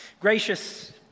Gracious